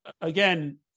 again